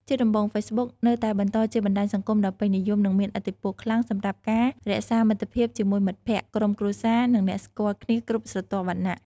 ជាដំបូង ហ្វេសប៊ុក នៅតែបន្តជាបណ្ដាញសង្គមដ៏ពេញនិយម និងមានឥទ្ធិពលខ្លាំងសម្រាប់ការរក្សាមិត្តភាពជាមួយមិត្តភក្តិ ក្រុមគ្រួសារ និងអ្នកស្គាល់គ្នាគ្រប់ស្រទាប់វណ្ណៈ។